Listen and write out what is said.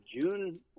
June